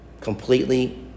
completely